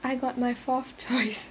I got my fourth choice